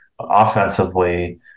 offensively